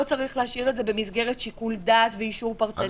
צריך להשאיר את זה במסגרת שיקול דעת ואישור פרטני.